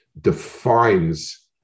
defines